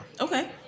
okay